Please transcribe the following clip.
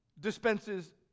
dispenses